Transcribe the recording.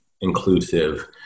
inclusive